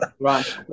Right